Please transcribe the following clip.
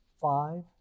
five